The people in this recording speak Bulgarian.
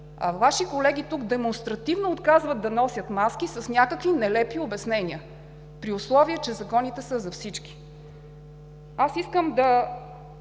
а Ваши колеги тук демонстративно отказват да носят маски с някакви нелепи обяснения, при условие че законите са за всички?! Искам да